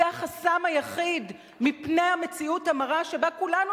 זה החסם היחיד מפני המציאות המרה שבה כולנו